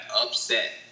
upset